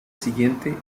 siguiente